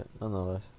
Nonetheless